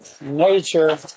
nature